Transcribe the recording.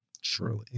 Surely